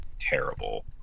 terrible